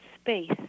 space